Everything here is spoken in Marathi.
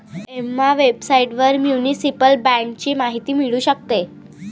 एम्मा वेबसाइटवर म्युनिसिपल बाँडची माहिती मिळू शकते